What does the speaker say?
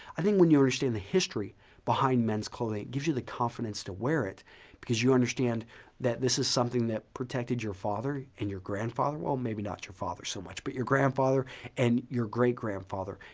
i think when you understand the history behind men's clothing, it gives you the confidence to wear it because you understand that this is something that protected your father and your grandfather. well, maybe not your father so much, but your grandfather and your great grandfather,